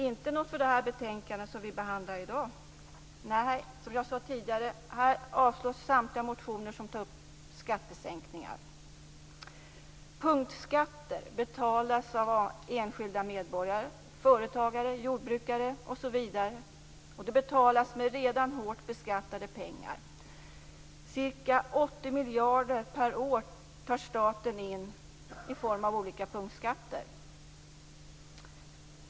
Inte något för det betänkande som vi behandlar i dag. Nej, som jag sade tidigare avslås samtliga motioner som tar upp skattesänkningar. Punktskatter betalas av enskilda medborgare, företagare, jordbrukare osv., med redan hårt beskattade pengar. Ca 80 miljarder per år tar staten in i form av olika punktskatter.